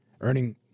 earning